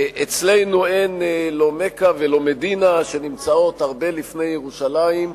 אצלנו אין לא מכה ולא מדינה שנמצאות הרבה לפני ירושלים,